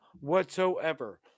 whatsoever